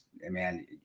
man